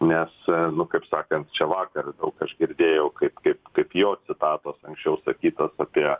nes nu kaip sakant čia vakar aš girdėjau kaip kaip kaip jo citatos anksčiau sakytos apie